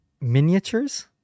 Miniatures